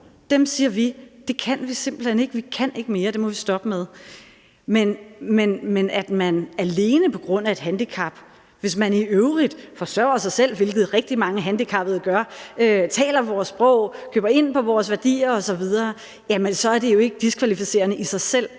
siger vi, at det kan vi simpelt hen ikke – vi kan ikke mere; det må vi stoppe med. Men hvis man i øvrigt forsørger sig selv, hvilket rigtig mange handicappede gør, taler vores sprog, køber ind på vores værdier osv., så er det jo ikke diskvalificerende i sig selv,